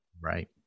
Right